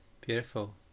Beautiful